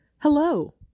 Hello